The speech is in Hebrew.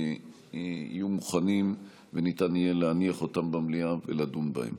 יהיו מוכנים וניתן יהיה להניח אותם במליאה ולדון בהם.